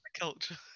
culture